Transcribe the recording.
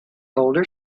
boulder